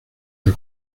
del